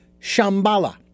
shambhala